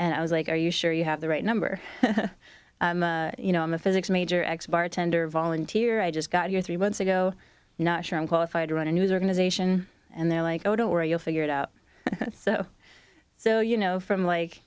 and i was like are you sure you have the right number you know i'm a physics major x bartender volunteer i just got here three months ago not sure i'm qualified to run a news organization and they're like oh don't worry you'll figure it out so so you know from like